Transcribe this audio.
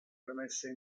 premesse